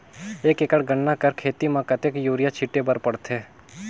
एक एकड़ गन्ना कर खेती म कतेक युरिया छिंटे बर पड़थे?